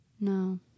No